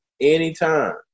anytime